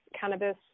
cannabis